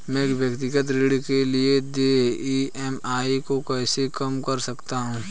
मैं व्यक्तिगत ऋण के लिए देय ई.एम.आई को कैसे कम कर सकता हूँ?